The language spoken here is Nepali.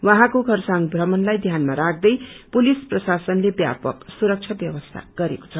उहाँको खरसाङ भ्रमणलाई ध्यानमा राख्दै पुलिस प्रशासले व्यापक सुरक्षा व्यवसीी गरेको छ